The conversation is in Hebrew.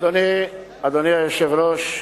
אדוני היושב-ראש,